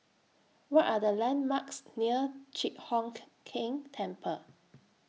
What Are The landmarks near Chi Hock Keng Temple